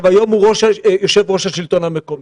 היום הוא יושב ראש השלטון המקומי.